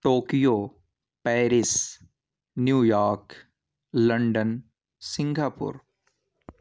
Tokyo Paris New York London Singapore